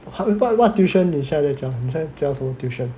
!huh! wh~ what tuition is 刚才你讲讲什么 tuition